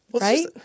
right